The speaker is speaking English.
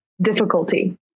difficulty